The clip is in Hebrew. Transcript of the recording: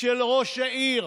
של ראש העיר